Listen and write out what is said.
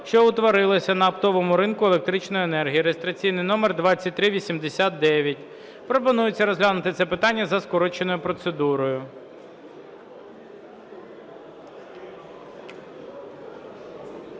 що утворилася на оптовому ринку електричної енергії (реєстраційний номер 2389). Пропонується розглянути це питання за скороченою процедурою.